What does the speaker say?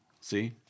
see